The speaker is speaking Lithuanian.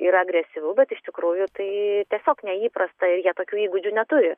ir agresyvu bet iš tikrųjų tai tiesiog neįprasta ir jie tokių įgūdžių neturi